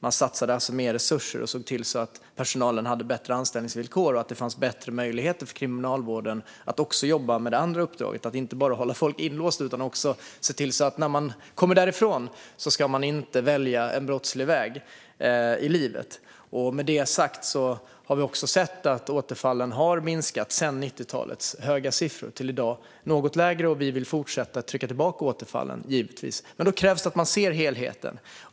Man satsade alltså mer resurser och såg till att personalen hade bättre anställningsvillkor och att det fanns bättre möjligheter för kriminalvården att jobba med det andra uppdraget - att inte bara hålla folk inlåsta utan också se till att de när de kommer därifrån inte ska välja en brottslig väg i livet. Med det sagt har vi också sett att antalet återfall har minskat från 90talets höga siffror till något lägre i dag. Vi vill givetvis fortsätta trycka tillbaka återfallen, men då krävs det att man ser helheten.